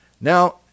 Now